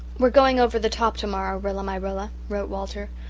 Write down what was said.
we're going over the top tomorrow, rilla-my-rilla, wrote walter.